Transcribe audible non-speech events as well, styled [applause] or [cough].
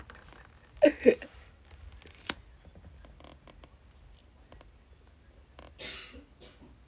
[laughs]